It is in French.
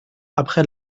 après